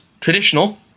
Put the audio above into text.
traditional